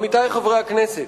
עמיתי חברי הכנסת,